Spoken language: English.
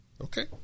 Okay